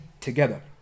together